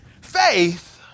faith